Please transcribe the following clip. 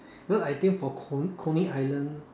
because I think for co~ coney island